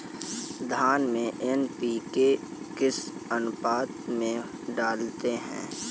धान में एन.पी.के किस अनुपात में डालते हैं?